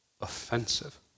offensive